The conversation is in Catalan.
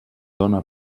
dóna